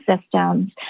systems